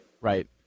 Right